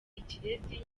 ikirezi